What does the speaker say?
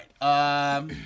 right